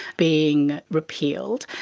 being repealed.